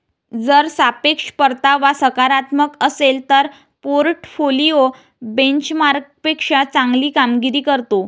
जर सापेक्ष परतावा सकारात्मक असेल तर पोर्टफोलिओ बेंचमार्कपेक्षा चांगली कामगिरी करतो